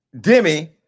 Demi